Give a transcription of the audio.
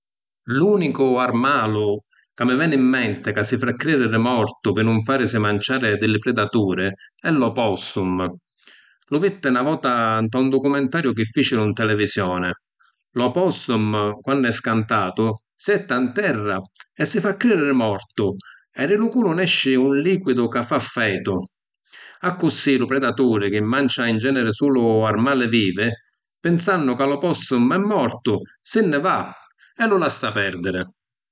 L’unicu armalu ca mi veni ‘n menti ca si fa cridiri mortu pi nun farisi manciàri di li predaturi, è l’opossum. Lu vitti na vota nta un documentariu chi ficiru ‘n televisioni. L’opossum quannu è scantatu si jetta ‘n terra e si fa cridiri mortu e di lu culu nesci un liquidu ca fa fetu. Accussì lu predaturi, chi mancia in generi sulu armali vivi, pinsannu ca l’opossum è mortu, si nni va e lu lassa perdiri.